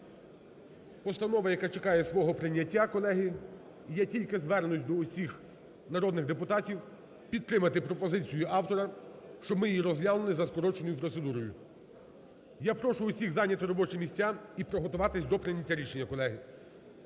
Постанова, яка чекає свого прийняття, колеги, і я тільки звернусь Я тільки звернусь до усіх народних депутатів підтримати пропозицію автора, щоб ми її розглянули за скороченою процедурою. Я прошу усіх зайняти робочі місця і приготуватись до прийняття рішення, колеги.